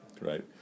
right